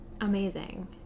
Amazing